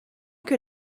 que